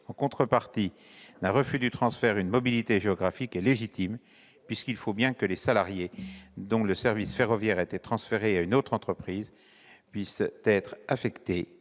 en contrepartie d'un refus du transfert est légitime, puisqu'il faut bien que les salariés dont le service ferroviaire a été transféré à une autre entreprise puissent être affectés